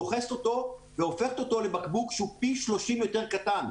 דוחסת אותו והופכת אותו לבקבוק שהוא פי 30 יותר קטן.